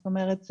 זאת אומרת,